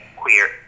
queer